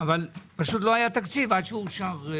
אבל לא היה תקציב עד שאושר.